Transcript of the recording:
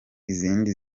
izindi